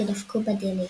שדפקו בדלת.